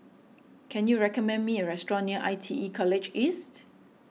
can you recommend me a restaurant near I T E College East